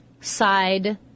side